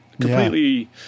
completely